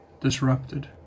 disrupted